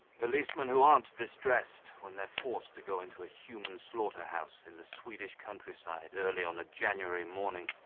policemen who aren't distressed when they're forced to go into a human slaughterhouse in the swedish countryside early on a january morning.